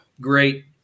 great